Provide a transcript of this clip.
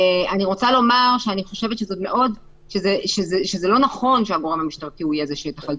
אני רוצה לומר שאני חושבת שזה לא נכון שהגורם המשטרתי יהיה זה שיתכלל